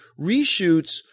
reshoots